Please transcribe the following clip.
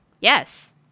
Yes